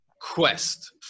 quest